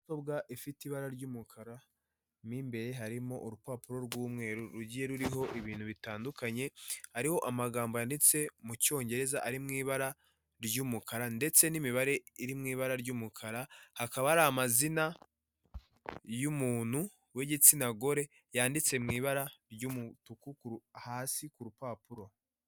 Mudasobwa ifite ibara ry'umukara mu imbere harimo urupapuro rw'umweru rugiye ruriho ibintu bitandukanye hariho amagambo yanditse mu cyongereza ari mu ibara ry'umukara ndetse n'imibare iri mu ibara ry'umukara, hakaba hari amazina y'umuntu w'igitsina gore yanditse mu ibara ry'umutuku hasi ku rupapuro.